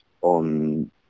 on